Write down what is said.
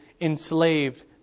enslaved